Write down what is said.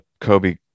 kobe